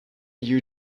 you